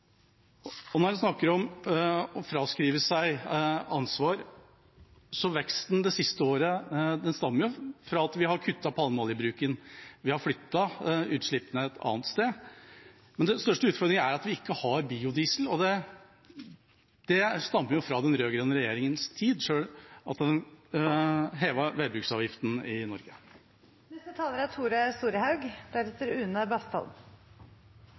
på. Når man snakker om å fraskrive seg ansvar, stammer veksten det siste året fra at vi har kuttet palmeoljebruken, vi har flyttet utslippene til et annet sted. Den største utfordringen er at vi ikke har biodiesel, og det stammer fra den rød-grønne regjeringas tid da man hevet veibruksavgiften i